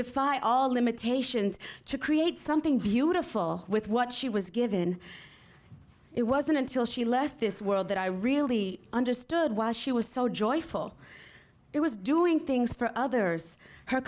defy all limitations to create something beautiful with what she was given it wasn't until she left this world that i really understood why she was so joyful it was doing things for others her